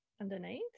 underneath